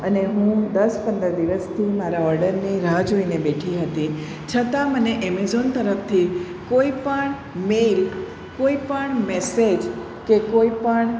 અને હું દસ પંદર દિવસથી મારા ઓર્ડરની રાહ જોઈને બેઠી હતી છતાં મને એમેઝૉન તરફથી કોઈ પણ મેઇલ કોઈ પણ મેસેજ કે કોઈ પણ